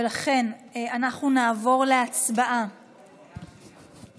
ולכן נעבור להצבעה